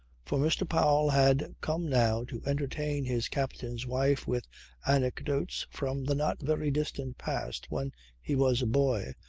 for mr. powell had come now to entertain his captain's wife with anecdotes from the not very distant past when he was a boy,